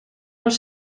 els